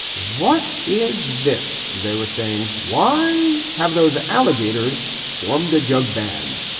what is this they were saying? why have those alligators formed the jug band?